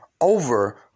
over